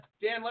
Dan